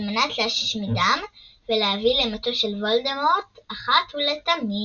על מנת להשמידם ולהביא למותו של וולדמורט אחת ולתמיד.